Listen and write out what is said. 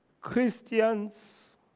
Christians